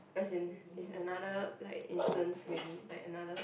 as in is another like instance already like another